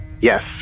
yes